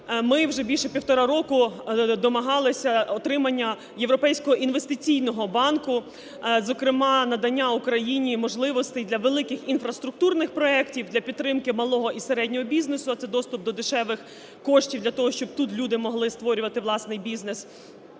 ми вже більше півтора року домагалися отримання Європейського інвестиційного банку, зокрема надання Україні можливостей для великих інфраструктурних проектів для підтримки малого і середнього бізнесу, а це доступ до дешевих коштів для того, щоб тут люди могли створювати власний бізнес.